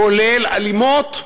כולל אלימות,